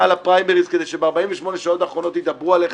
לפריימריז כדי שב-48 השעות האחרונות ידברו עליך